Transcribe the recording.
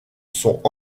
sont